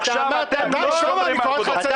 עכשיו אתם לא שומרים על כבודו.